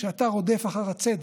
כשאתה רודף אחר הצדק,